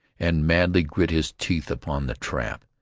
and madly grit his teeth upon the trap.